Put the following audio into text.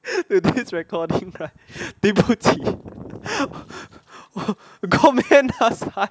to this recording right 对不起 comment